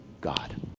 God